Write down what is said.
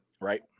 Right